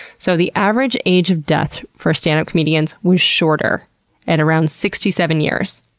so, the average age of death for stand up comedians was shorter at around sixty seven years.